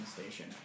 Station